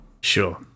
Sure